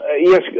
Yes